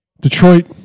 Detroit